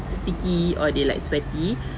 sticky or they like sweaty